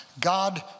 God